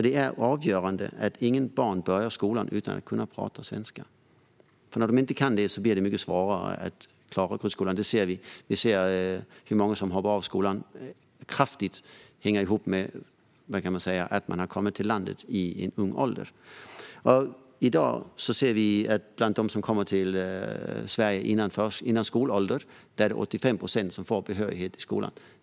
Det är avgörande att inget barn börjar skolan utan att kunna prata svenska. När de inte kan det blir det mycket svårare att klara grundskolan. Att så många hoppar av skolan hänger kraftigt ihop med att många kommit till landet i ung ålder. Bland dem som kommer till Sverige före skolåldern är det i dag 85 procent som får behörighet i skolan.